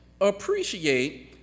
appreciate